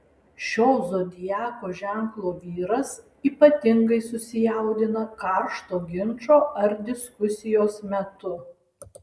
šio zodiako ženklo vyras ypatingai susijaudina karšto ginčo ar diskusijos metu